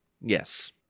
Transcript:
Yes